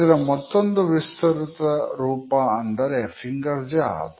ಇದರ ಮತ್ತೊಂದು ವಿಸ್ತೃತ ರೂಪ ಅಂದರೆ ಫಿಂಗರ್ ಜಾಬ್